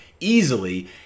Easily